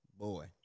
Boy